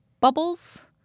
bubbles